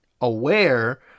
aware